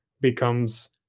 becomes